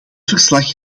verslag